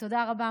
תודה רבה,